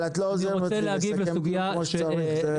אבל את לא עוזרת לי לסכם כמו שצריך.